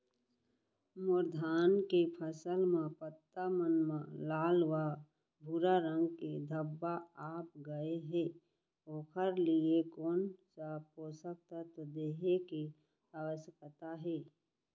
मोर धान के फसल म पत्ता मन म लाल व भूरा रंग के धब्बा आप गए हे ओखर लिए कोन स पोसक तत्व देहे के आवश्यकता हे?